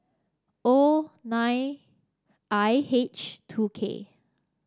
O nine I H two K